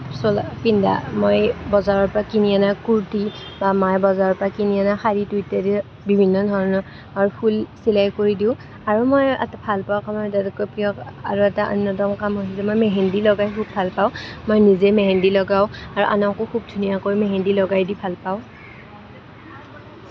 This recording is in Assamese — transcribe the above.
চোলা পিন্ধা মই বজাৰৰ পৰা কিনি অনা কুৰ্তি বা মায়ে বজাৰৰ পৰা কিনি অনা শাড়ী দুইটাতে বিভিন্ন ধৰণৰ ফুল চিলাই কৰি দিওঁ আৰু মই ভাল পোৱা কামৰ আটাইতকৈ প্ৰিয় অন্য়তম কাম হৈছে মই মেহেন্দী লগাই খুব ভাল পাওঁ মই নিজে মেহেন্দী লগাওঁ আৰু আনকো খুব ধুনীয়াকৈ মেহেন্দী লগাই দি ভাল পাওঁ